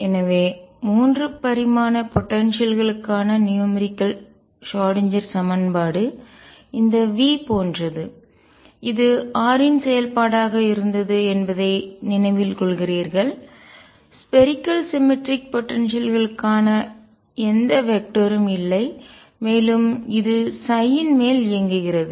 எனவே 3 பரிமாண போடன்சியல் ஆற்றல் களுக்கான நியூமெரிக்கல்எண்ணியல் ஷ்ராடின்ஜெர் சமன்பாடு இந்த V போன்றது இது r இன் செயல்பாடாக இருந்தது என்பதை நினைவில் கொள்கிறீர்கள் ஸ்பேரிக்கல் சிமெட்ரிக் கோள சமச்சீர் போடன்சியல் க்கான ஆற்றலுக்கான எந்த வெக்டர் ம் திசையனும் இல்லை மேலும் இது ன்மேல் இயங்குகிறது